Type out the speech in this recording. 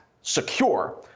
secure